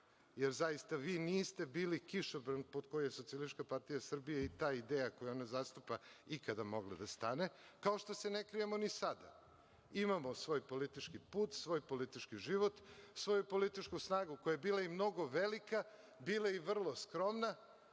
jer zaista vi niste bili kišobran pod koji SPS i ta ideja koju ona zastupa ikada mogla da stane, kao što se ne krijemo ni sada. Imamo svoj politički put, svoj politički život, svoju političku snagu koja je bila i mnogo velika, bila i vrlo skromna,